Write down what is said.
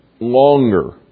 longer